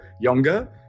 younger